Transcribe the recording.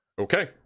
Okay